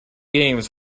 games